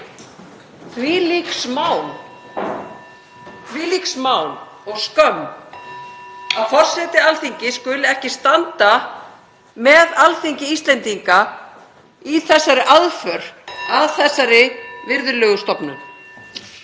Þvílík smán og skömm að forseti Alþingis skuli ekki standa með Alþingi Íslendinga í þessari aðför að þessari virðulegu stofnun.